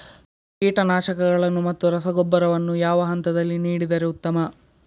ಕೀಟನಾಶಕಗಳನ್ನು ಮತ್ತು ರಸಗೊಬ್ಬರವನ್ನು ಯಾವ ಹಂತದಲ್ಲಿ ನೀಡಿದರೆ ಉತ್ತಮ?